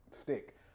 Stick